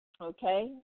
okay